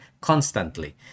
constantly